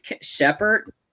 Shepard